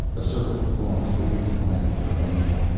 a circle of claws waited quietly around him,